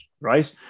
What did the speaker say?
right